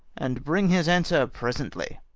and bring his answer presently.